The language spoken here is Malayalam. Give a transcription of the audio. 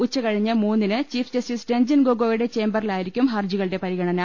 ഉച്ചകഴിഞ്ഞ് മൂന്നിന് ചീഫ് ജസ്റ്റിസ് രഞ്ജൻ ഗൊഗോയുടെ ചേമ്പറിലായി രിക്കും ഹർജികളുടെ പരിഗണന